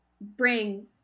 bring